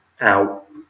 out